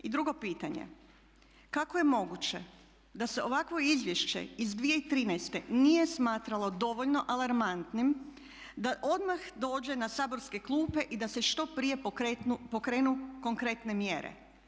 I drugo pitanje, kako je moguće da se ovakvo izvješće iz 2013.nije smatralo dovoljno alarmantnim da odmah dođe na saborske klupe i da se što prije pokrenu konkretne mjere?